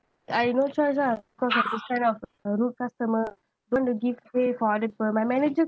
I no choice lah cause got this kind of rude customer don't want to give way for other people my manager